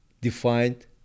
defined